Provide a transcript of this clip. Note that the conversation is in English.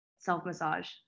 self-massage